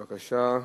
בבקשה.